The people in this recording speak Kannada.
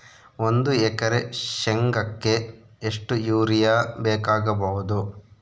ಒಂದು ಎಕರೆ ಶೆಂಗಕ್ಕೆ ಎಷ್ಟು ಯೂರಿಯಾ ಬೇಕಾಗಬಹುದು?